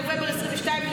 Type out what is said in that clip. לנובמבר בשנת 2022,